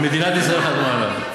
אבל מדינת ישראל חתמה עליו.